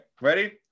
ready